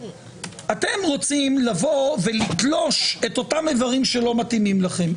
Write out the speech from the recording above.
אתם רוצים לתלוש את אותם איברים שלא מתאימים לכם.